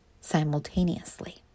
simultaneously